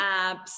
apps